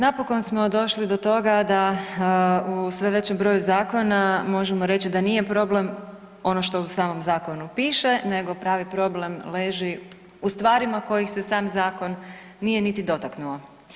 Napokon smo došli do toga da u sve većem broju zakona možemo reći da nije problem ono što u samom zakonu piše nego pravi problem leži u stvarima kojih se sam zakon nije niti dotaknuo.